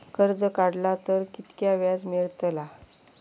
कर्ज काडला तर कीतक्या व्याज मेळतला?